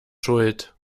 schuld